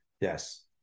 Yes